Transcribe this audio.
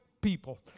people